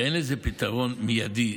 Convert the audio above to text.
ואין לזה פתרון מיידי.